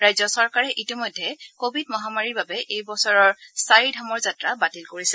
ৰাজ্য চৰকাৰে ইতিমধ্যে ক'ভিড মহামাৰীৰ বাবে এইবছৰৰ চাৰি ধামৰ যাত্ৰা বাতিল কৰিছে